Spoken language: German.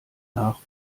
nach